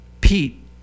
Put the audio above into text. Pete